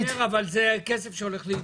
אני בעד, אבל זה כסף שהולך לאישור.